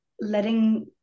letting